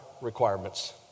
requirements